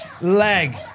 leg